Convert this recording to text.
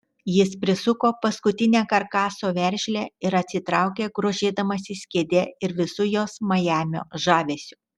jis prisuko paskutinę karkaso veržlę ir atsitraukė grožėdamasis kėde ir visu jos majamio žavesiu